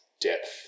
depth